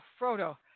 Frodo